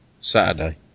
Saturday